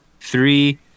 three